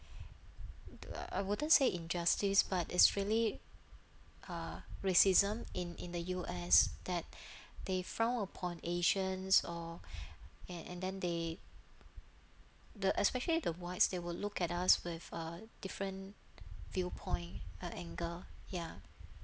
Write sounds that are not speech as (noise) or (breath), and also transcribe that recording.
the I wouldn't say injustice but is really uh racism in in the U_S that (breath) they frown upon asians or and and then they the especially the whites they will look at us with a different viewpoint uh anger ya